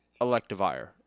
Electivire